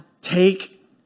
Take